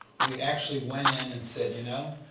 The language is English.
we actually went in and said, you know,